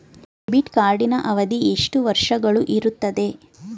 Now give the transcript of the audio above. Debit ಕಾರ್ಡಿನ ಅವಧಿ ಎಷ್ಟು ವರ್ಷಗಳು ಇರುತ್ತದೆ?